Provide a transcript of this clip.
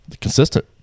consistent